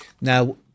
Now